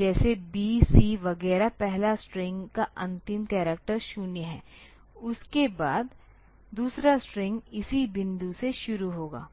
जैसे b c वगैरह पहला स्ट्रिंग का अंतिम करैक्टर 0 है और उसके बाद दूसरा स्ट्रिंग इसी बिंदु से शुरू होगा